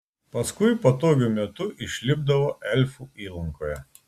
paskui patogiu metu išlipdavo elfų įlankoje